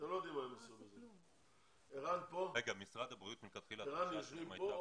אתם לא יודעים מה הם עשו בזה.